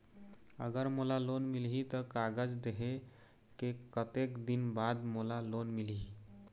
अगर मोला लोन मिलही त कागज देहे के कतेक दिन बाद मोला लोन मिलही?